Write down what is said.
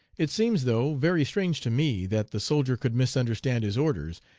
it seems, though, very strange to me that the soldier could misunderstand his orders,